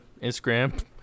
Instagram